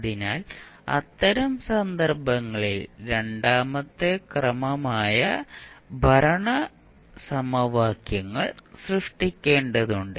അതിനാൽ അത്തരം സന്ദർഭങ്ങളിൽ രണ്ടാമത്തെ ക്രമമായ ഭരണ സമവാക്യങ്ങൾ സൃഷ്ടിക്കേണ്ടതുണ്ട്